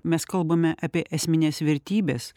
mes kalbame apie esmines vertybes